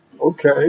Okay